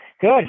Good